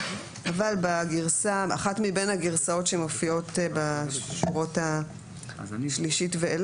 אחת מבין הגרסאות שמופיעות בשורות השלישית ואילך,